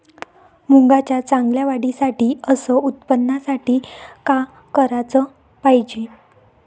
मुंगाच्या चांगल्या वाढीसाठी अस उत्पन्नासाठी का कराच पायजे?